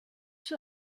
für